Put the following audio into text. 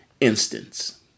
instance